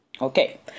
Okay